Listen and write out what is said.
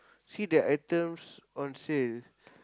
see the items on sale